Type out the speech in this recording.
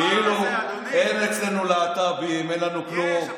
כאילו אין אצלנו להט"בים, אין לנו כלום.